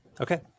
Okay